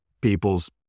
people's